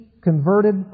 converted